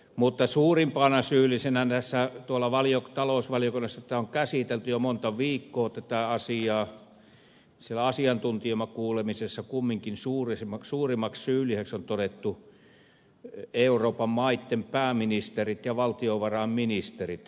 mutta suurimpana syyllisenä näissä valo tuolla talousvaliokunnassa on käsitelty jo monta viikkoa tätä asiaa ja siellä asiantuntijakuulemisessa suurimmiksi syyllisiksi on todettu euroopan maiden pääministerit ja valtiovarainministerit